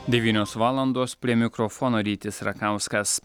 devynios valandos prie mikrofono rytis rakauskas